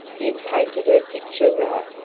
you've painted her picture right,